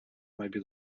maybe